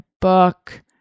book